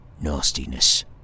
nastiness